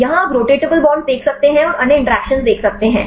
यहां आप rotatable bond देख सकते हैं और अन्य इंटरैक्शन देख सकते हैं